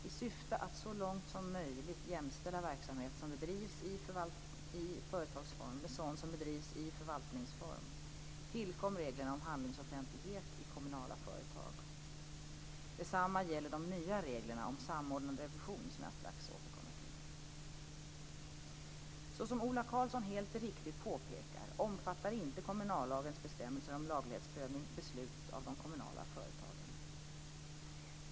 I syfte att så långt som möjligt jämställa verksamhet som bedrivs i företagsform med sådan som bedrivs i förvaltningsform tillkom reglerna om handlingsoffentlighet i kommunala företag. Detsamma gäller de nya reglerna om samordnad revision, som jag strax återkommer till. Såsom Ola Karlsson helt riktigt påpekar omfattar inte kommunallagens bestämmelser om laglighetsprövning beslut av de kommunala företagen.